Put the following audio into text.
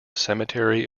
cemetery